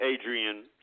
Adrian